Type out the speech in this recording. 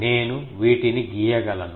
నేను వీటిని గీయగలను